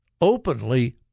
openly